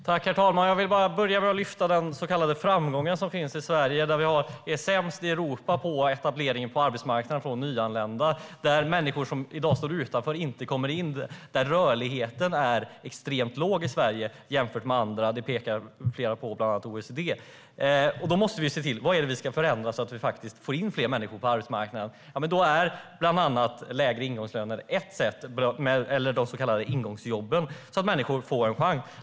Herr talman! Jag vill börja med att ta upp den så kallade framgången i Sverige. Vi är sämst i Europa på etableringen på arbetsmarknaden för nyanlända. De människor som i dag står utanför arbetsmarknaden kommer inte in på den. Rörligheten är extremt låg i Sverige jämfört med andra länder. Det pekar bland annat OECD på. Vad är det som vi ska förändra så att vi får in fler människor på arbetsmarknaden? Ett sätt är bland annat lägre ingångslöner eller så kallade ingångsjobb, så att människor får en chans.